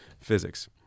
physics